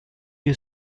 you